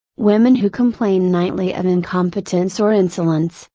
women who complain nightly of incompetence or insolence,